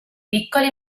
piccole